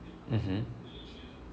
mmhmm